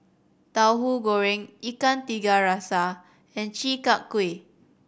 Tauhu Goreng Ikan Tiga Rasa and Chi Kak Kuih